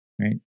right